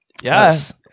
Yes